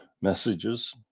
messages